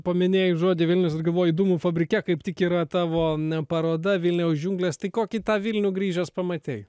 paminėjai žodį vilnius ir galvoji dūmų fabrike kaip tik yra tavo na paroda vilniaus džiunglės tai kokį tą vilnių grįžęs pamatei